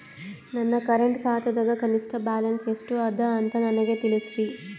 ನನ್ನ ಕರೆಂಟ್ ಖಾತಾದಾಗ ಕನಿಷ್ಠ ಬ್ಯಾಲೆನ್ಸ್ ಎಷ್ಟು ಅದ ಅಂತ ನನಗ ತಿಳಸ್ರಿ